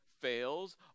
fails